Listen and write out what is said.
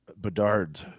Bedard